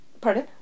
Pardon